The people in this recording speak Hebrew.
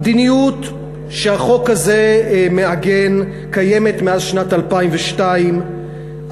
המדיניות שהחוק הזה מעגן קיימת מאז שנת 2002,